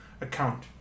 account